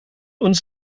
uns